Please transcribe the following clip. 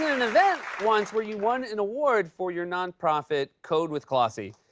an event once where you won an award for your nonprofit, kode with klossy.